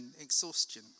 exhaustion